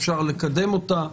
אפשר לקדם אותה,